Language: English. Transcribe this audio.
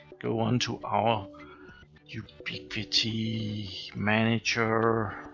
go on to our ubiquiti manager.